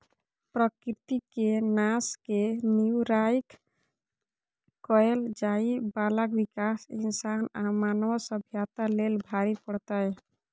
प्रकृति के नाश के नींव राइख कएल जाइ बाला विकास इंसान आ मानव सभ्यता लेल भारी पड़तै